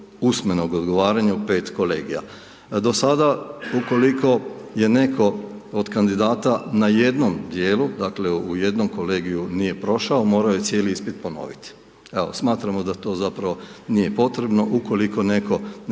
usmenog odgovaranja u pet kolegija. Do sada, ukoliko je netko od kandidata na jednom dijelu, dakle, u jednom kolegiju nije prošao, morao je cijeli ispit ponovit. Evo, smatramo da to zapravo nije potrebno ukoliko netko ne